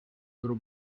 little